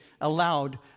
allowed